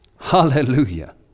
hallelujah